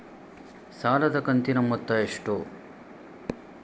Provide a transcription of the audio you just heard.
ಸಾಲದ ಕಂತಿನ ಮೊತ್ತ ಎಷ್ಟು?